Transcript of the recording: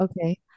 Okay